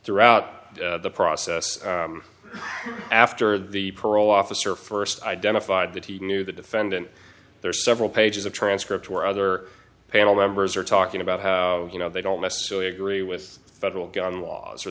throughout the process after the parole officer first identified that he knew the defendant there are several pages of transcripts or other panel members are talking about how you know they don't necessarily agree with federal gun laws or